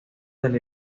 del